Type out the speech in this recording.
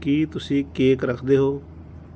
ਕੀ ਤੁਸੀਂ ਕੇਕ ਰੱਖਦੇ ਹੋ